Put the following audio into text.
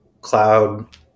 cloud